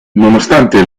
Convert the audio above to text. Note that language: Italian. nonostante